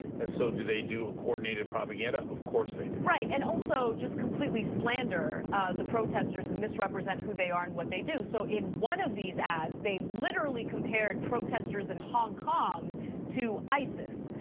and so do they do a coordinated propaganda, of course they do. right and also just completely slander the protesters and misrepresent who they are and what they do. so in one of these ads, ads, they literally compared protesters in hong kong to isis.